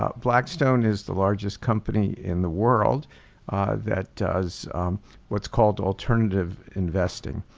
ah blackstone is the largest company in the world that does what's called alternative investing.